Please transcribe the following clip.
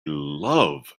love